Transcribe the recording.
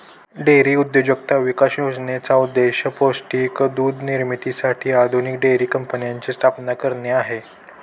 dairy उद्योजकता विकास योजनेचा उद्देश पौष्टिक दूध निर्मितीसाठी आधुनिक डेअरी कंपन्यांची स्थापना करणे आहे